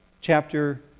chapter